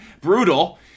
brutal